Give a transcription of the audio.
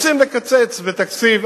רוצים לקצץ בתקציב.